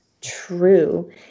true